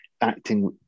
acting